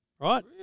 Right